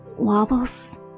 Wobbles